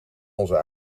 onze